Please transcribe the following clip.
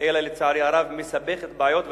אלא לצערי הרב מסבכת בעיות.